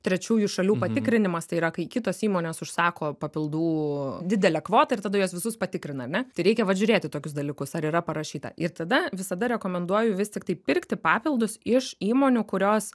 trečiųjų šalių patikrinimas tai yra kai kitos įmonės užsako papildų didelę kvotą ir tada juos visus patikrina ar ne tai reikia vat žiūrėti tokius dalykus ar yra parašyta ir tada visada rekomenduoju vis tiktai pirkti papildus iš įmonių kurios